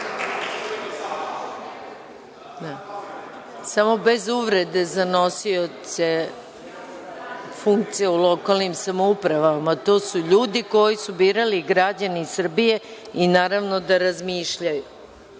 Samo bez uvrede za nosioce funkcija u lokalnim samoupravama. To su ljudi koje su birali građani Srbije i naravno da razmišljaju,